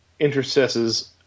intercesses